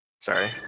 Sorry